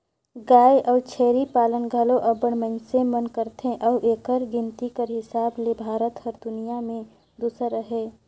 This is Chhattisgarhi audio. गाय अउ छेरी पालन घलो अब्बड़ मइनसे मन करथे अउ एकर गिनती कर हिसाब ले भारत हर दुनियां में दूसर अहे